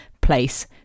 place